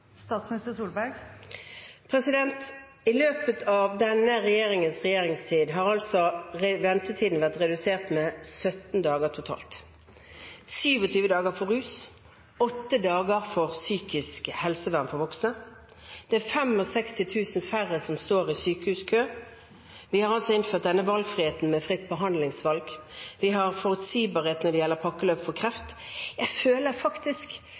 I løpet av denne regjeringens regjeringstid har ventetiden blitt redusert med 17 dager totalt – 27 dager for rus og 8 dager for psykisk helsevern for voksne. Det er 65 000 færre som står i sykehuskø. Vi har innført valgfrihet med fritt behandlingsvalg. Vi har forutsigbarhet når det gjelder pakkeløp for kreft. Jeg føler faktisk